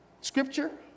Scripture